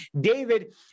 David